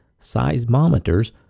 seismometers